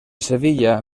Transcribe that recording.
sevilla